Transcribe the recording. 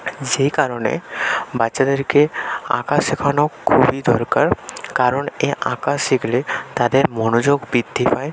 যে কারণে বাচ্চাদেরকে আঁকা শেখানো খুবই দরকার কারণ এই আঁকা শিখলে তাদের মনোযোগ বৃদ্ধি পায়